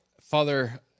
Father